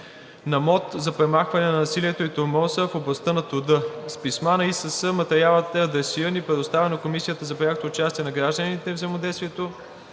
на МОТ за премахване на насилието и тормоза в областта на труда“. С писма на ИСС материалът е адресиран и предоставен на Комисията за прякото участие на гражданите и взаимодействието